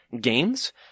games